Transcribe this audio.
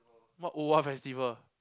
what O_R festival